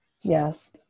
Yes